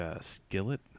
skillet